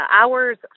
hours